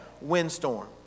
windstorm